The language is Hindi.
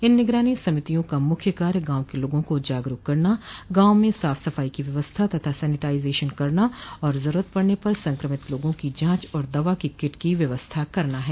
इन निगरानी समितियों का मुख्य कार्य गांव के लोगों को जागरुक करना गांव में साफ सफाई की व्यवस्था तथा सैनिटाइजेशन करना और जरुरत पड़ने पर संक्रमित लोगों की जांच और दवा की किट की व्यवस्था करना है